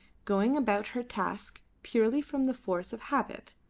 going about her task purely from the force of habit.